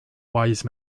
wise